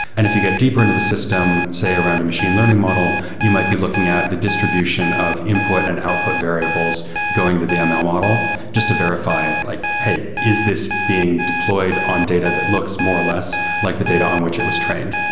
and if you get deeper into the system, say around a machine learning model, you might be looking at the distribution of input and output variables going to the ml model just to verify like, hey, is this being deployed on data that looks more or less like the date on which it was trained?